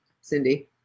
Cindy